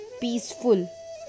peaceful